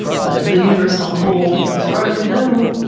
but the universe on the whole, as far as we know,